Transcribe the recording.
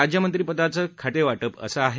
राज्यमंत्रीपदाचं खातेवा पि असं आहे